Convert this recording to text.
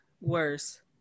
Worse